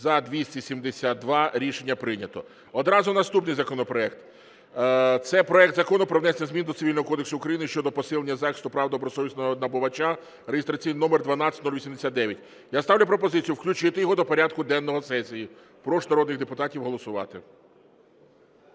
За-272 Рішення прийнято. Одразу наступний законопроект. Це проект Закону про внесення змін до Цивільного кодексу України щодо посилення захисту прав добросовісного набувача (реєстраційний номер 12089). Я ставлю пропозицію включити його до порядку денного сесії. Прошу народних депутатів голосувати.